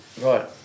Right